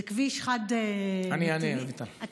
זה כביש חד-נתיבי, אני אענה, רויטל.